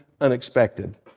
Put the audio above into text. unexpected